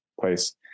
place